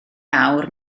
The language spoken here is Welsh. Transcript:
awr